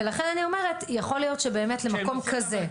ולכן אני אומרת: יכול להיות שבאמת למקום כזה,